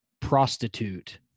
prostitute